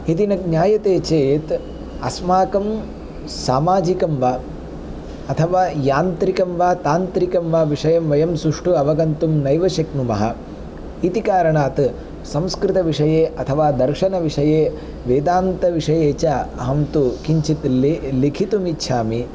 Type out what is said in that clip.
यदि न ज्ञायते चेत् अस्माकं सामाजिकं वा अथवा यान्त्रिकं वा तान्त्रिकं वा विषयं वयं सुष्ठु अवगन्तुं नैव शक्नुमः इति कारणात् संस्कृतविषये अथवा दर्शनविषये वेदान्तविषये च अहं तु किञ्चित् ले लेखितुम् इच्छामि